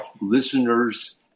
listeners